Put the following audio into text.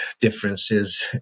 differences